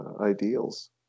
ideals